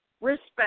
respect